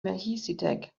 melchizedek